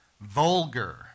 vulgar